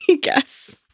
guess